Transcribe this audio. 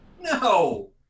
No